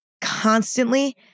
constantly